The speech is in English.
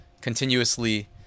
continuously